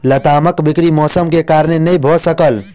लतामक बिक्री मौसम के कारण नै भअ सकल